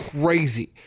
crazy